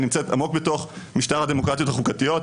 היא נמצאת עמוק בתוך המשטר הדמוקרטיות החוקתיות,